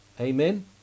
Amen